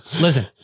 Listen